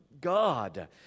God